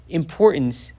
importance